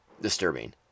Disturbing